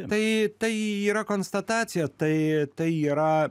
tai tai yra konstatacija tai tai yra